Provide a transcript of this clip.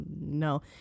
no